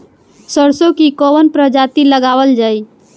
सरसो की कवन प्रजाति लगावल जाई?